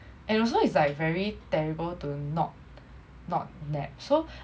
and also is like very terrible to not not nap so